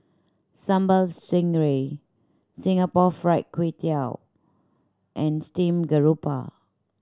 Sambal Stingray Singapore Fried Kway Tiao and steamed garoupa